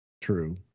True